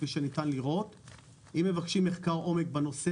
אם מבקשים מחקר עומק בנושא,